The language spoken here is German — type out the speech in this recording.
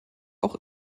auch